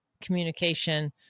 communication